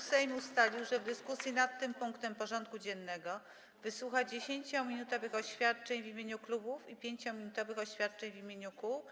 Sejm ustalił, że w dyskusji nad tym punktem porządku dziennego wysłucha 10-minutowych oświadczeń w imieniu klubów i 5-minutowych oświadczeń w imieniu kół.